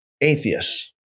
atheists